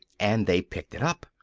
and they picked it up!